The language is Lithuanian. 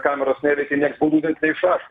kameros neveikia nieks baudų net neišrašo